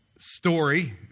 story